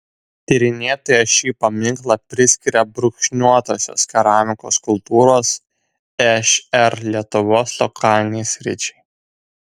tyrinėtoja šį paminklą priskiria brūkšniuotosios keramikos kultūros šr lietuvos lokalinei sričiai